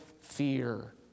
fear